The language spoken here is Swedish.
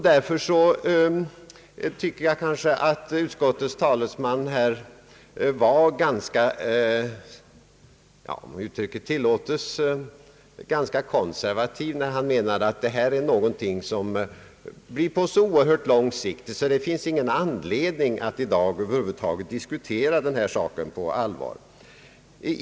Därför tycker jag att utskottets talesman var ganska konservativ, om uttrycket tillåtes, när han menade att detta är en fråga av så oerhört långsiktig karaktär, att det i dag inte finns anledning att över huvud taget diskutera den på allvar.